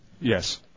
Yes